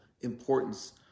importance